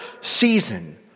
season